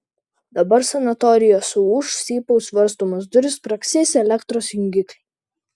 dabar sanatorija suūš cypaus varstomos durys spragsės elektros jungikliai